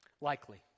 Likely